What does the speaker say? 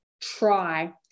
try